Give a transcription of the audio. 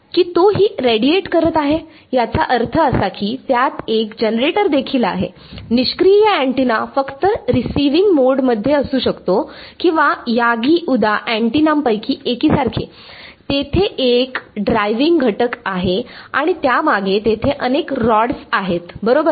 की तोही रेडीएट करत आहे याचा अर्थ असा की त्यात एक जनरेटर देखील आहे निष्क्रीय अँटेना फक्त रिसिविंग मोडमध्ये असू शकतो किंवा यागी उदा अँटिनापैकी एकी सारखे तेथे एक ड्रायव्हिंग घटक आहे आणि त्यामागे तेथे अनेक रॉड्स आहेत बरोबर